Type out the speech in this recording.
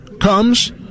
comes